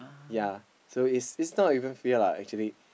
ya so it's it's not even fail lah actually